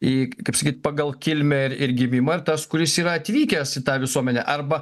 i kaip sakyt pagal kilmę ir ir gimimą ir tas kuris yra atvykęs į tą visuomenę arba